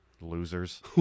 Losers